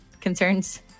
concerns